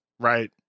Right